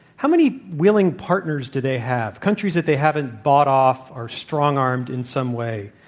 how many willing partners do they have countries that they haven't bought off or strong-armed in some way?